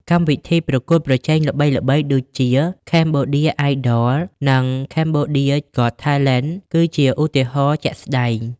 កម្មវិធីប្រកួតប្រជែងល្បីៗដូចជា Cambodia Idol និង Cambodia's Got Talent គឺជាឧទាហរណ៍ជាក់ស្តែង។